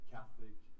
Catholic